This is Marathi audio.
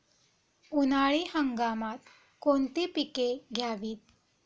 उन्हाळी हंगामात कोणती पिके घ्यावीत?